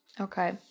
Okay